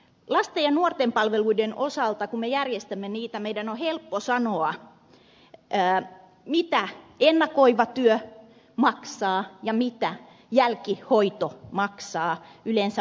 lasten ja nuorten palveluiden osalta kun me järjestämme niitä meidän on helppo sanoa mitä ennakoiva työ maksaa ja mitä jälkihoito maksaa yleensä moninkertaisesti